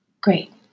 Great